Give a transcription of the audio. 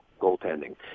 goaltending